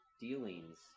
dealings